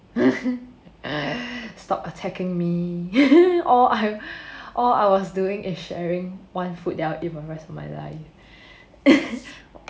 stop attacking me all I all I was doing is sharing one food that I will eat for the rest of my life